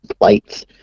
lights